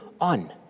on